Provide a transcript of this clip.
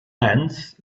ants